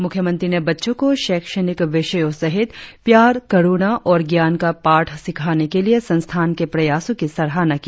मुख्यमंत्री ने बच्चों को शैक्षणिक विषयों सहित प्यार करुणा और ज्ञान का पाठ सिखाने के लिए संस्थान के प्रयासों की सराहना की